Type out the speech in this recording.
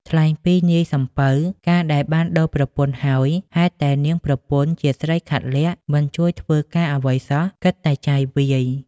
ថ្លែងពីនាយសំពៅ កាលដែលបានដូរប្រពន្ធហើយ ហេតុតែនាងប្រពន្ធជាស្រីខាតលក្ខណ៍ មិនជួយធ្វើការអ្វីសោះគិតតែចាយវាយ។